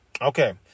Okay